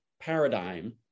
paradigm